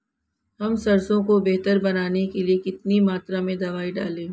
हम सरसों को बेहतर बनाने के लिए कितनी मात्रा में दवाई डालें?